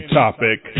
topic